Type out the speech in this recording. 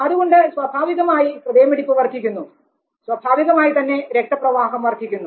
അതുകൊണ്ട് സ്വഭാവികമായി ഹൃദയമിടിപ്പ് വർധിക്കുന്നു സ്വാഭാവികമായിത്തന്നെ രക്തപ്രവാഹം വർധിക്കുന്നു